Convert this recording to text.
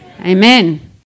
Amen